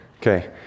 Okay